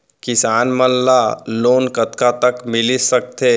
किसान मन ला लोन कतका तक मिलिस सकथे?